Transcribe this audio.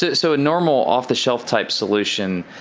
so so a normal off-the-shelf type solution,